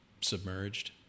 submerged